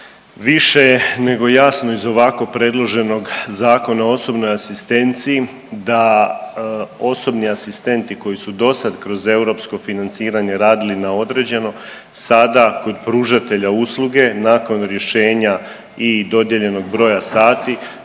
Više je nego jasno iz ovako predloženog Zakona o osobnoj asistenciji da osobni asistenti koji su dosad kroz europsko financiranje radili na određeno sada kod pružatelja usluge nakon rješenja i dodijeljenog broja sati